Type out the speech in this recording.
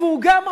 והוא גם,